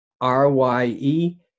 R-Y-E